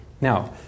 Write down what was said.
Now